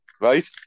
right